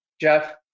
Jeff